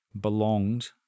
belonged